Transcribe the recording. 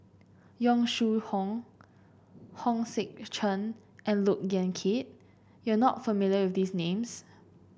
Yong Shu Hoong Hong Sek Chern and Look Yan Kit you are not familiar with these names